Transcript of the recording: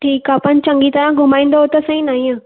ठीकु आहे पर चङी तरह घुमाईंदव त सही न हीअं